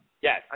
Yes